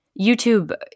YouTube